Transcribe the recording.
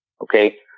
Okay